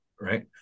right